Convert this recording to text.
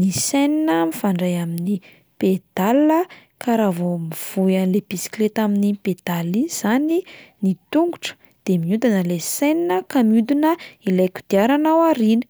ny chaîne mifandray amin'ny pédale ka raha vao mivoy an'le bisikleta amin'iny pédale iny zany ny tongotra de miodina ilay chaîne ka miodina ilay kodiarana ao aoriana.